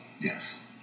yes